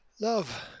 Love